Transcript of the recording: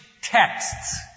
texts